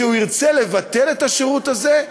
כשהוא ירצה לבטל את השירות הזה,